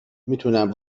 میتونم